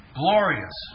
glorious